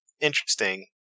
interesting